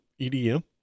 EDM